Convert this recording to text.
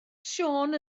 siôn